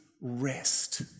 rest